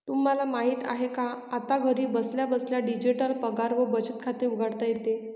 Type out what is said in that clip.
तुला माहित आहे का? आता घरी बसल्या बसल्या डिजिटल पगार व बचत खाते उघडता येते